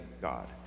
God